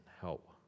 help